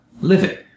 living